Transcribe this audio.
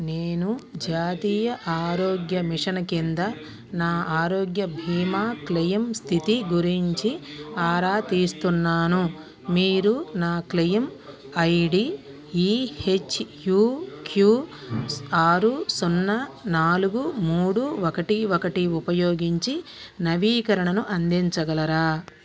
నేను జాతీయ ఆరోగ్య మిషన్ కింద నా ఆరోగ్య భీమా క్లెయిమ్ స్థితి గురించి ఆరా తీస్తున్నాను మీరు నా క్లెయిమ్ ఐడీ ఈ హెచ్యూక్యూ ఆరు సున్నా నాలుగు మూడు ఒకటి ఒకటి ఉపయోగించి నవీకరణను అందించగలరా